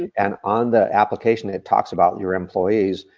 and on the application it talks about your employees,